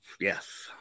Yes